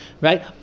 right